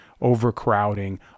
overcrowding